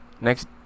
Next